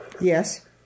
Yes